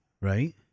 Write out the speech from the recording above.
Right